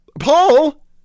Paul